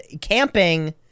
camping